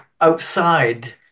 outside